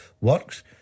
works